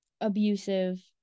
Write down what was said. abusive